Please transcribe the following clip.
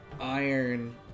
iron